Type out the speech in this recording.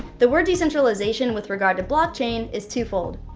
the word decentralization with regard to blockchain is twofold.